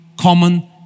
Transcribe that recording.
common